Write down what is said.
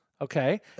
okay